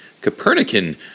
Copernican